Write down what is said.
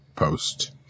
Post